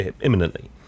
imminently